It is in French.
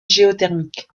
géothermique